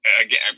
again